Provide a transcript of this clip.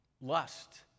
lust